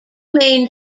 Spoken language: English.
main